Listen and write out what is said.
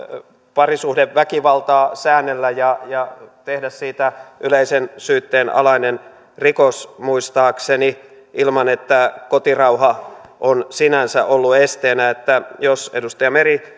parisuhdeväkivaltaa säännellä ja ja tehdä siitä yleisen syytteen alaisen rikoksen muistaakseni ilman että kotirauha on sinänsä ollut esteenä että jos edustaja meri